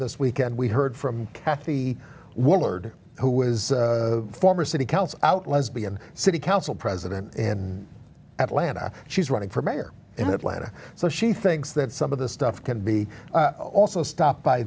this weekend we heard from kathy willard who was a former city council out lesbian city council president in atlanta she's running for mayor in atlanta so she thinks that some of this stuff can be also stopped by